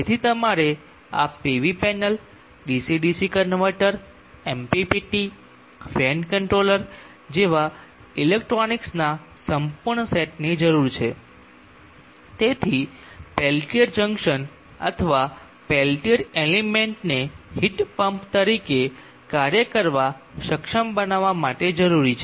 તેથી તમારે આ PV panel DC DC converter MPPT fan controller જેવા ઇલેક્ટ્રોનિક્સના સંપૂર્ણ સેટની જરૂર છે તેથી પેલ્ટીયર જંકશન અથવા પેલ્ટીયર એલિમેન્ટને હીટ પંપ તરીકે કાર્ય કરવા સક્ષમ બનાવવા માટે જરૂરી છે